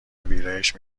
ویرایش